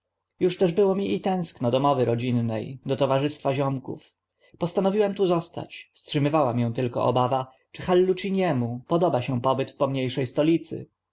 już też było mi i tęskno do mowy rodzinne do towarzystwa ziomków postanowiłem tu pozostać wstrzymywała mię tylko obawa czy halluciniemu spodoba się pobyt w pomnie sze stolicy